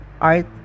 art